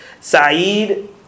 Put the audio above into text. Saeed